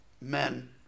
men